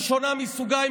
ראשונה מסוגה,